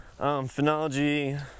Phenology